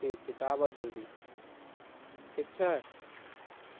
ठीक छै तऽ आबऽ जल्दी ठीक छै